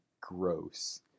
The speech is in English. gross